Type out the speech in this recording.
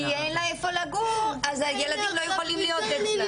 כי אין לה איפה לגור, אז הילדים אצל האבא.